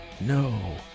no